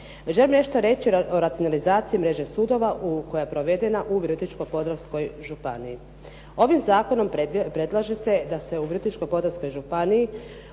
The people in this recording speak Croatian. Želim nešto reći o racionalizaciji mreže sudova koja je provedena u Virovitičko-podravskoj županiji. Ovim zakonom predlaže se da se u Virovitičko-podravskoj županiji